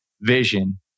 vision